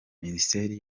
minisiteri